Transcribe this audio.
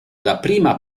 dapprima